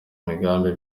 imigambi